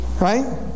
right